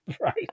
Right